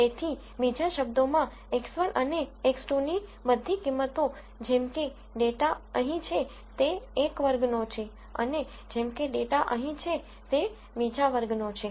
તેથી બીજા શબ્દોમાં x1 અને x2 ની બધી કિંમતો જેમ કે ડેટા અહીં છે તે એક વર્ગનો છે અને જેમ કે ડેટા અહીં છે તે બીજા વર્ગનો છે